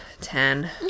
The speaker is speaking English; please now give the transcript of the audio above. ten